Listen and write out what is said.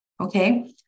okay